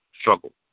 struggle